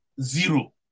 zero